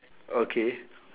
okay